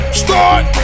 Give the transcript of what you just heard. start